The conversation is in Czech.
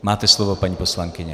Máte slovo, paní poslankyně.